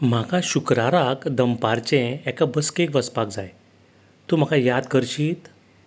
म्हाका शुक्राराक दनपारचें एका बसकेक वचपाक जाय तूं म्हाका याद करशीत